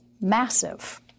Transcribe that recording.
massive